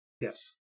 Yes